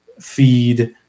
feed